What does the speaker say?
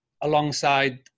alongside